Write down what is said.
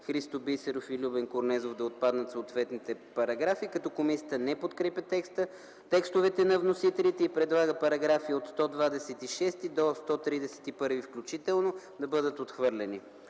Христо Бисеров и Любен Корнезов да отпаднат съответните параграфи, като комисията не подкрепя текстовете на вносителите и предлага параграфи от 126 до 131 включително да бъдат отхвърлени.